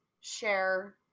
share